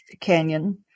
Canyon